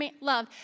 love